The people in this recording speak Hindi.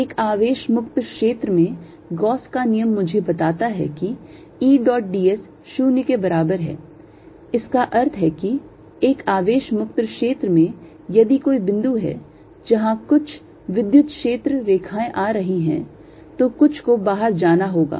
एक आवेश मुक्त क्षेत्र में गॉस का नियम मुझे बताता है कि E dot d s 0 के बराबर है इसका अर्थ है कि एक आवेश मुक्त क्षेत्र में यदि कोई बिंदु है जहां कुछ विद्युत क्षेत्र रेखाएं आ रही हैं तो कुछ को बाहर जाना होगा